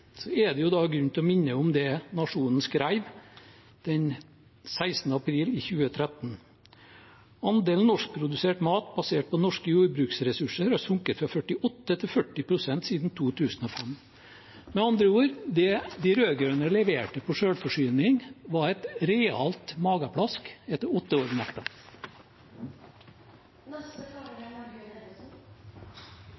grunn til å minne om det Nationen skrev den 16. april 2013: «Andelen norskprodusert mat, basert på norske jordbruksressurser, har sunket fra 48 til 40 prosent siden 2005.» Med andre ord: Det de rød-grønne leverte på selvforsyning, var et realt magaplask etter åtte år